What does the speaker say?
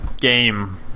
game